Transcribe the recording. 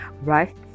right